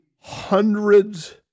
hundreds